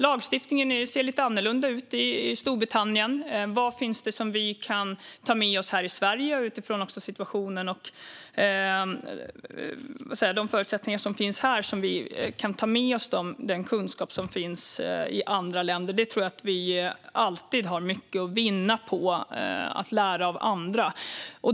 Lagstiftningen ser lite annorlunda ut i Storbritannien. Vad kan vi ta med oss för kunskap från andra länder utifrån den situation och de förutsättningar som finns här i Sverige? Jag tror att vi alltid har mycket att vinna på att lära av andra.